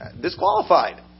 disqualified